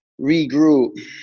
regroup